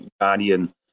guardian